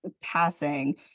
passing